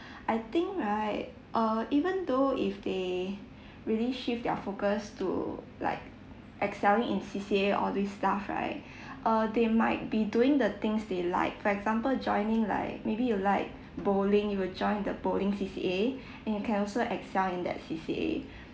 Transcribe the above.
I think right uh even though if they really shift their focus to like excelling in C_C_A all this stuff right uh they might be doing the things they like for example joining like maybe you like bowling you will join the bowling C_C_A and you can also excel in that C_C_A